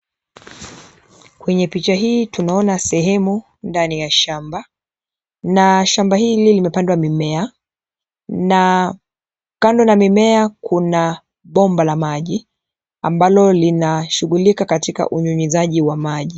Kwenye picha hii tunaona sehemu ndani ya shamba. Shamba hili limepandwa mimea, na kando na mimea kuna bomba la maji ambalo linashughulika katika unyunyizaji wa maji.